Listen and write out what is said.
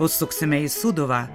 užsuksime į sūduvą